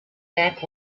back